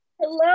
Hello